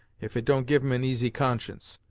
if it don't give him an easy conscience.